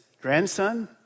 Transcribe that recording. grandson